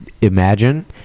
Imagine